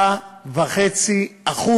99.5%